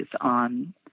on